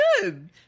good